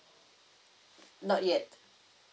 not yet